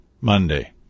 Monday